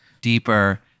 deeper